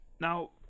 now